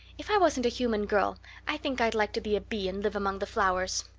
if i wasn't a human girl i think i'd like to be a bee and live among the flowers.